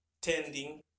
tending